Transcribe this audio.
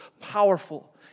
powerful